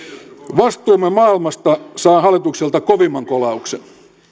vastuumme maailmasta saa hallitukselta kovimman kolauksen